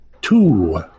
Two